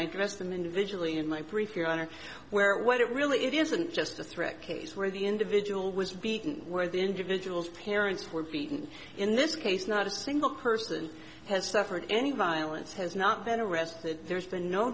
i dressed them individually in my brief your honor where what it really it isn't just a threat case where the individual was beaten where the individual's parents were beaten in this case not a single person has suffered any violence has not been arrested there's been no